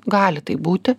gali taip būti